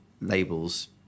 labels